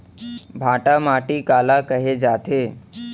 भांटा माटी काला कहे जाथे?